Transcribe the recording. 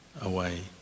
away